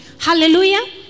Hallelujah